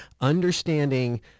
understanding